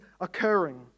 occurring